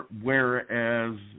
whereas